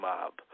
Mob